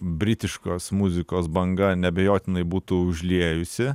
britiškos muzikos banga neabejotinai būtų užliejusi